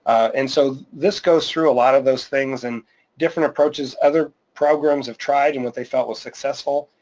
and so this goes through a lot of those things and different approaches, other programs have tried and what they felt was successful,